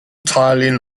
tiling